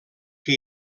que